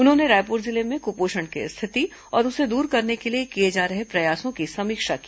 उन्होंने रायपुर जिले में कुपोषण की स्थिति और उसे दूर करने के लिए किए जा रहे प्रयासों की समीक्षा की